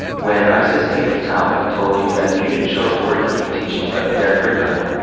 when isis came to town and told you that if you didn't show up to work and keep teaching but their curriculum,